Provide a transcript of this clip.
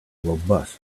robust